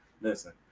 listen